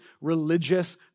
religious